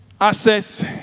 Access